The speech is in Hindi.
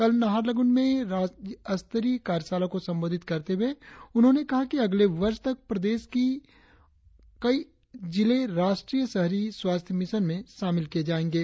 कल नहारलगुन में राज्य स्तरीय कार्यशाला को संबोधित करते हुए उन्होंने कहा कि अगले वर्ष तक प्रदेश की और कई जिले राष्ट्रीय शहरी स्वास्थ्य मिशन में शामिल किये जायेंगे